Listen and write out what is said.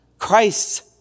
Christ's